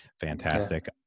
fantastic